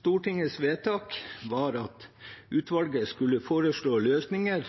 Stortingets vedtak var at utvalget skulle foreslå løsninger